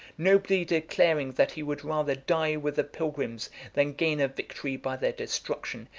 nobly declaring that he would rather die with the pilgrims than gain a victory by their destruction,